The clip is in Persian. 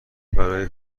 برای